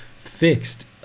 fixed